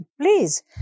Please